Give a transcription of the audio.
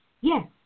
Yes